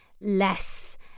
less